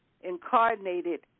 incarnated